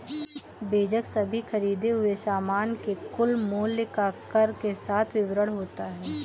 बीजक सभी खरीदें हुए सामान के कुल मूल्य का कर के साथ विवरण होता है